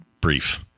brief